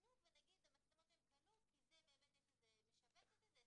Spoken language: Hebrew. יקנו ונניח שיקנו מצלמות ששומרות 20 יום.